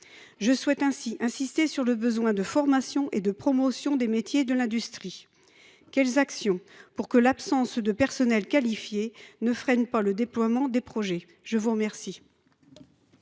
Je souhaite ainsi insister sur le besoin de formation et de promotion des métiers de l’industrie. Quelles actions sont envisagées pour que l’absence de personnel qualifié ne freine pas le déploiement des projets ? La parole